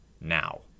now